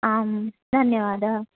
आं धन्यवादः